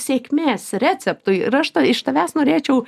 sėkmės receptui ir aš tą iš tavęs norėčiau